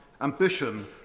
ambition